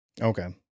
Okay